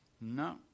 no